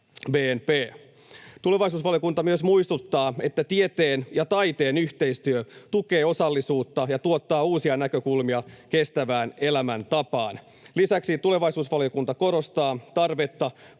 Tulevaisuusvaliokunta myös muistuttaa, että tieteen ja taiteen yhteistyö tukee osallisuutta ja tuottaa uusia näkökulmia kestävään elämäntapaan. Lisäksi tulevaisuusvaliokunta korostaa tarvetta